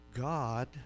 God